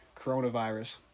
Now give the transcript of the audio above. coronavirus